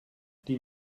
die